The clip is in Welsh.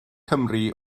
cymru